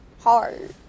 hard